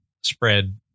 spread